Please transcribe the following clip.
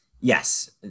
Yes